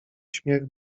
śmiech